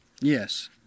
Yes